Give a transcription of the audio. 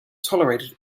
tolerated